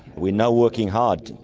we're now working hard.